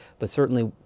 but certainly,